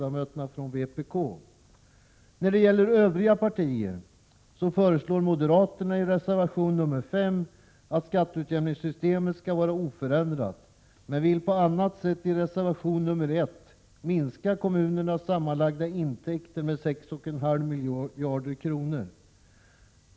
Av övriga partier föreslår moderaterna i reservation nr 5 att skatteutjämningssystemet skall vara oförändrat, men vill på annat sätt i reservation nr 1 minska kommunernas sammanlagda intäkter med 6,5 miljarder kronor.